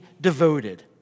devoted